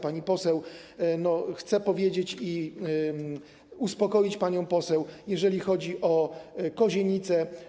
Pani poseł, chcę powiedzieć, uspokoić panią poseł, jeżeli chodzi o Kozienice.